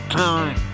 time